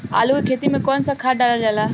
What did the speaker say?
आलू के खेती में कवन सा खाद डालल जाला?